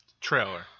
trailer